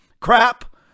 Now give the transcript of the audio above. Crap